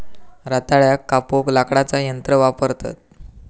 रताळ्याक कापूक लाकडाचा यंत्र वापरतत